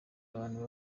abantu